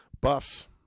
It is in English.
Buffs